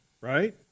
right